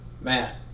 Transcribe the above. Matt